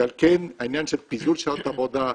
לכן העניין של פיזור שעות עבודה,